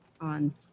on